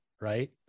right